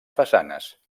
façanes